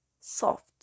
soft